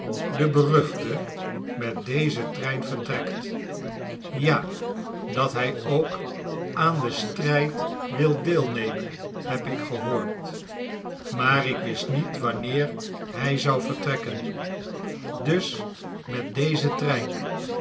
de beruchte met dezen trein vertrekt ja dat hij ook aan den strijd wil deelnemen heb ik gehoord maar ik wist niet wanneer hij zou vertrekken dus met dezen trein